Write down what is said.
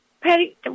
Patty